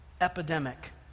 epidemic